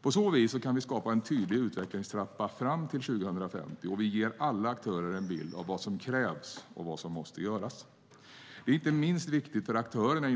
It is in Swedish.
På så sätt kan vi skapa en tydlig utvecklingstrappa fram till 2050, och vi ger alla aktörer en bild av vad som krävs och vad som måste göras. Det är inte minst viktigt för att aktörerna